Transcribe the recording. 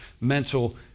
mental